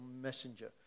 messenger